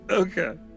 Okay